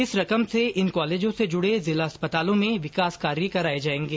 इस रकम से इन कॉलेजों से जुडे जिला अस्पतालों में विकास कार्य कराये जायेंगे